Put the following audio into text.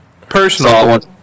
Personal